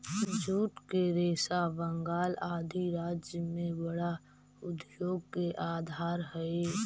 jute के रेशा बंगाल आदि राज्य में बड़ा उद्योग के आधार हई